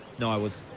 no, i was